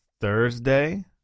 Thursday